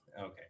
Okay